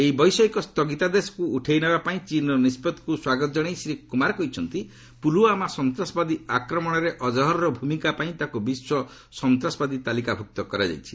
ଏହି ବୈଷୟିକ ସ୍ଥଗିତାଦେଶକୁ ଉଠାଇ ନେବା ପାଇଁ ଚୀନ୍ର ନିଷ୍ପଭିକୁ ସ୍ୱାଗତ କଣାଇ ଶ୍ରୀ କୁମାର କହିଛନ୍ତି ପୁଲଓ୍ୱାମା ସନ୍ତାସବାଦୀ ଆକ୍ରମଣରେ ଅଜ୍ଞାରର ଭୂମିକା ପାଇଁ ତାକୁ ବିଶ୍ୱ ସନ୍ତାସବାଦୀ ତାଲିକାଭୁକ୍ତ କରାଯାଇଛି